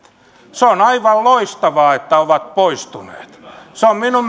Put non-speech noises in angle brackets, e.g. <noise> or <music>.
se on aivan loistavaa että ovat poistuneet se on minun <unintelligible>